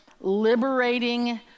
liberating